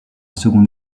seconde